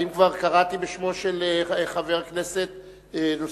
האם כבר קראתי בשמו של חבר כנסת נוסף?